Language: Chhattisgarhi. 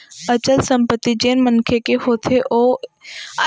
अचल संपत्ति जेन मनखे के होथे ओ ये होथे ओ संपत्ति ह एक ठउर म कलेचुप रहें रहिथे